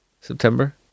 September